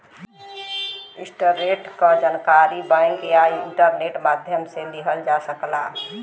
interest rate क जानकारी bank या इंटरनेट माध्यम से लिहल जा सकला